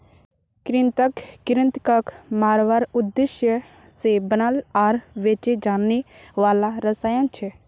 कृंतक कृन्तकक मारवार उद्देश्य से बनाल आर बेचे जाने वाला रसायन छे